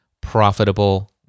Profitable